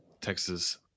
Texas